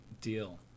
deal